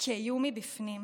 כאיום מבפנים,